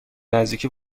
نزدیکی